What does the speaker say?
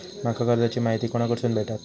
माका कर्जाची माहिती कोणाकडसून भेटात?